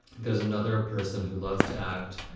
there's another person who loves to act,